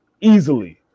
Easily